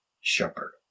shepherd